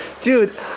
Dude